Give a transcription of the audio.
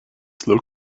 slow